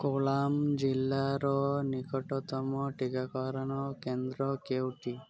କୋଳାମ୍ ଜିଲ୍ଲାର ନିକଟତମ ଟିକାକରଣ କେନ୍ଦ୍ର କେଉଁଠି